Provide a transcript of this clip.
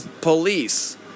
police